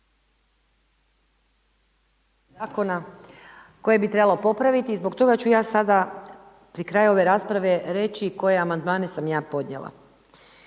isključen/…koje bi trebalo popraviti i zbog toga ću ja sada pri kraju ove rasprave reći koje Amandmane sam ja podnijela.